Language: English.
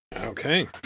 Okay